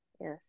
Yes